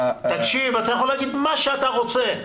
אתה יכול להגיד מה שאתה רוצה.